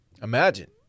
Imagine